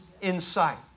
insight